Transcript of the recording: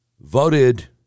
Voted